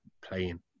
playing